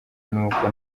nuko